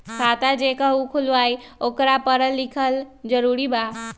खाता जे केहु खुलवाई ओकरा परल लिखल जरूरी वा?